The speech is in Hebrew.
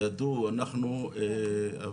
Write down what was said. הם ידעו,